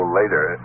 later